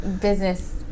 business